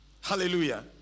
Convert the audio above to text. Hallelujah